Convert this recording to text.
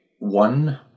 One